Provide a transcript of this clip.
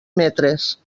metres